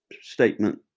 statement